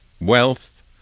wealth